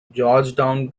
georgetown